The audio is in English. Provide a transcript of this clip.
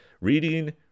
Reading